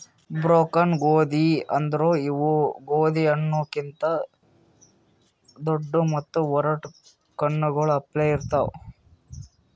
broken ಗೋದಿ ಅಂದುರ್ ಇವು ಗೋದಿ ಹಣ್ಣು ಕಿಂತ್ ದೊಡ್ಡು ಮತ್ತ ಒರಟ್ ಕಣ್ಣಗೊಳ್ ಅಪ್ಲೆ ಇರ್ತಾವ್